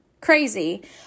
Crazy